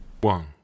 One